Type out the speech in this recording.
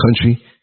country